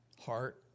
heart